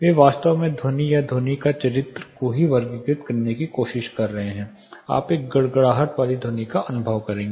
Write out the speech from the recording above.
वे वास्तव में ध्वनि या ध्वनि का चरित्र को ही वर्गीकृत करने की कोशिश कर रहे हैं आप एक गड़गड़ाहट वाली ध्वनि का अनुभव करेंगे